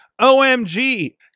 OMG